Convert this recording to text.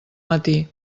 matí